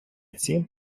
цін